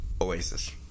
oasis